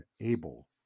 able